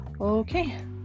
Okay